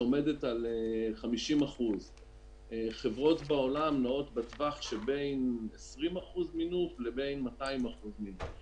שעומדת על 50%. חברות בעולם נעות בטווח שבין 20% מינוף לבין 200% מינוף.